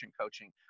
coaching